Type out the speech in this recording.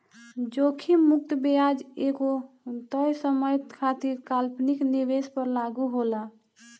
जोखिम मुक्त ब्याज दर एगो तय समय खातिर काल्पनिक निवेश पर लागू होला